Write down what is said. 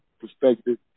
perspective